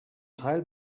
teil